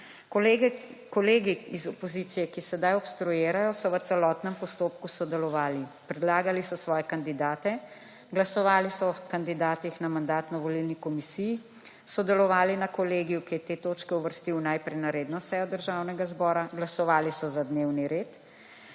Kolegi iz opozicije, ki sedaj obstruirajo, so v celotnem postopku sodelovali. Predlagali so svoje kandidate, glasovali so o kandidatih na Mandatno-volilni komisiji, sodelovali na kolegiju, ki je te točke uvrstil najprej na redno sejo Državnega zbora, glasovali so za dnevni red.